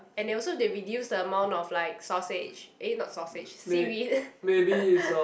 and they also they reduce the amount of like sausage eh not sausage seaweed